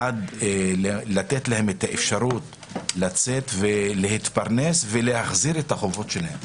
בעד לתת להם את האפשרות לצאת ולהתפרנס ולהחזיר את החובות שלהם.